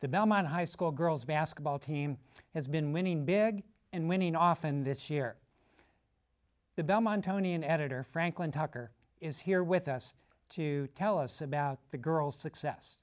the belmont high school girls basketball team has been winning big and winning often this year the belmont tony an editor franklin tucker is here with us to tell us about the girl